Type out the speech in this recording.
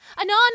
Anon